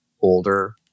older